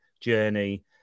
journey